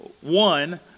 One